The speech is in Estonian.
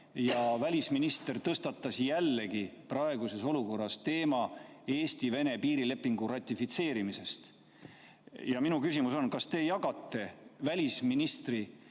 välisminister tõstatas praeguses olukorras jälle Eesti-Vene piirilepingu ratifitseerimise teema. Minu küsimus on: kas te jagate välisministri